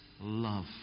love